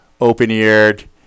open-eared